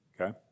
Okay